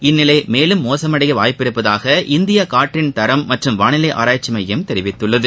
இந்நிலை மேலும் மோசமடைய வாய்ப்புள்ளதாக இந்திய காற்றின் தரம் மற்றும் வானிலை ஆராய்ச்சி மையம் தெரிவித்துள்ளது